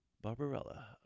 Barbarella